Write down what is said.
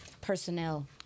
personnel